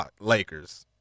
Lakers